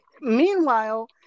meanwhile